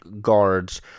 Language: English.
guards